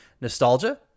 nostalgia